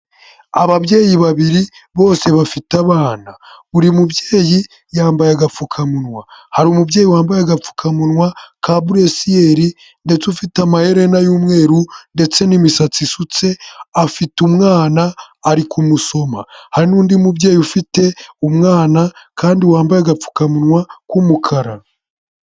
Ababyeyi babiri bose bafite abana. Buri mubyeyi yambaye agapfukamunwa, hari umubyeyi wambaye agapfukamunwa ka buresiyeli ndetse ufite amaherena y'umweru ndetse n'imisatsi isutse, afite umwana ari kumusoma, hari n'undi mubyeyi ufite umwana kandi wambaye agapfukamunwa k'umukara.